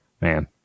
man